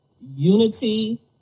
unity